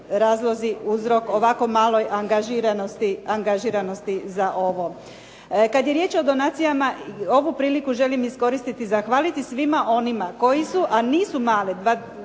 razlozi uzrok ovako maloj angažiranosti za ovo? Kada je riječ o donacijama ovu priliku želim iskoristiti i zahvaliti svima onima koji su, a nisu male,